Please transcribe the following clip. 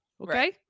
Okay